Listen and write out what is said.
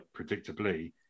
predictably